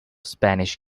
spanish